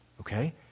Okay